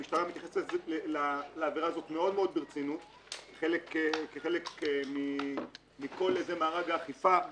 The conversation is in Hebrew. המשטרה מתייחסת לעבירה הזאת ברצינות רבה מאוד כחלק מכל מארג האכיפה.